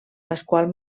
pasqual